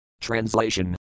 Translation